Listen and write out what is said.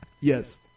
Yes